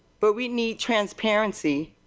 but we need transparency.